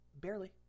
Barely